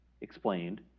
explained